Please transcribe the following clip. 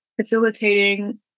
facilitating